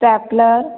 stapler